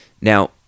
Now